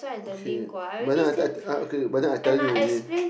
okay but then I I okay but then I tell you already